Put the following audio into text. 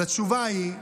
אז התשובה היא,